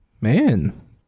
Man